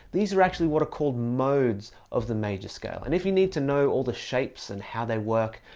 these are actually what are called modes of the major scale and if you need to know all the shapes and how they work,